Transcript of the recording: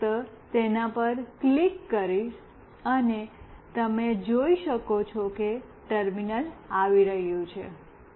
હું ફક્ત તેના પર ક્લિક કરીશ અને તમે જોઈ શકો છો કે ટર્મિનલ આવી રહ્યું છે